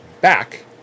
back